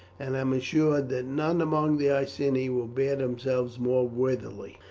and am assured that none among the iceni will bear themselves more worthily.